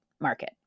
market